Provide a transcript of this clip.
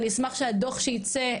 אני אשמח שהדוח שיצא,